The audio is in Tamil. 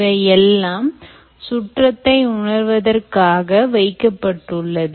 இவையெல்லாம் சுற்றத்தை உணர்வதற்காக வைக்கப்பட்டுள்ளது